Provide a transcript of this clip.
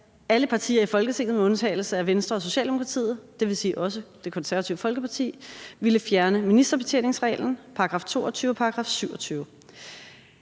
alle partier i Folketinget med undtagelse af Venstre og Socialdemokratiet – dvs. også Det Konservative Folkeparti – ville fjerne ministerbetjeningsreglen, § 22 og § 27.